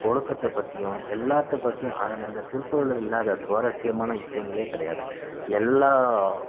ஒழுக்கத்தை பற்றியும் எல்லாத்தை பற்றியும் அதில் அந்த திருக்குறளில் இல்லாத சுவாரஸ்சியமான விஷயங்களே கிடையாது எல்லாம்